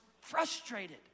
frustrated